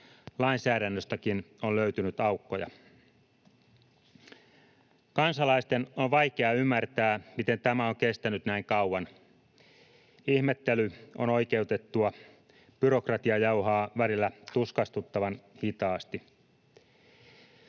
Lainsäädännöstäkin on löytynyt aukkoja. Kansalaisten on vaikea ymmärtää, miten tämä on kestänyt näin kauan. Ihmettely on oikeutettua, byrokratia jauhaa välillä tuskastuttavan hitaasti.